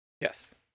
Yes